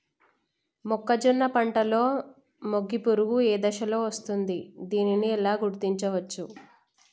మొక్కజొన్న పంటలో మొగి పురుగు ఏ దశలో వస్తుంది? దానిని ఎలా గుర్తించవచ్చు?